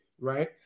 right